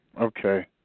okay